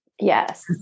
Yes